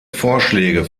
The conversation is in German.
vorschläge